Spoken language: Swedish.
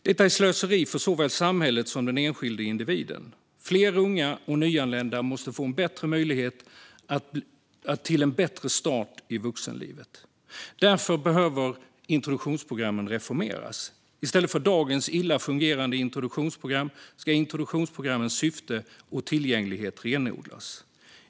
Detta är slöseri för såväl samhället som den enskilde individen. Fler unga och nyanlända måste få en möjlighet till en bättre start i vuxenlivet. Därför behöver introduktionsprogrammen reformeras. I stället för dagens illa fungerande introduktionsprogram ska introduktionsprogrammens syfte och tillgänglighet renodlas.